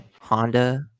Honda